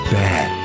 bad